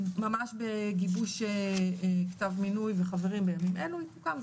היא ממש בגיבוש כתב מינוי וחברים בימים אלו היא תוקם,